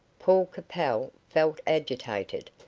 paul capel felt agitated,